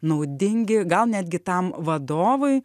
naudingi gal netgi tam vadovui